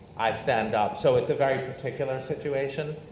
i stand up, so it's a very particular situation,